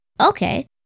Okay